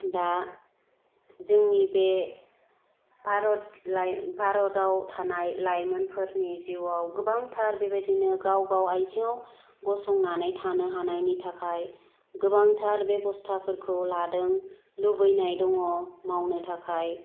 दा जोंनि बे भारत लाइ भारताव थानाय लाइमोनफोरनि जिवाव गोबांथार बेबायदिनो गावगाव आथिङाव गसंनानै थानो हानायनि थाखाय गोबांथार बेबस्थाफोरखौ लादों लुबैनाय दङ मावनो थाखाय